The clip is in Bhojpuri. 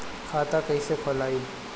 खाता कईसे खोलबाइ?